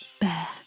bear